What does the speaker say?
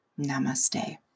Namaste